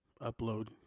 upload